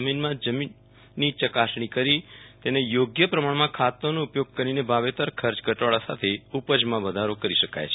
જમીનમાં જમીનની ચકાસણી કરી ને યોગ્ય પ્રમાણમાં ખાતરનો ઉપયોગ કરીને વાવેતર ખર્ચ ઘટાડવા સાથે ઉપજમાં વધારો કરી શકાય છે